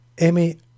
amy